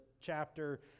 chapter